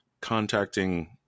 contacting